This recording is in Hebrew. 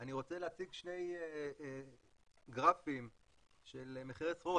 אני רוצה להציג שני גרפים של מחירי סחורות.